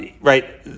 right